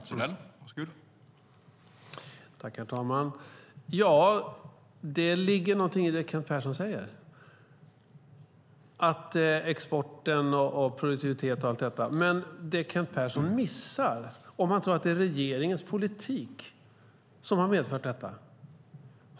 Herr talman! Ja, det ligger någonting i det Kent Persson säger om exporten, produktiviteten och allt detta. Men Kent Persson har missat någonting om han tror att det är regeringens politik som har medfört detta.